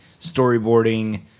storyboarding